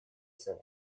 цели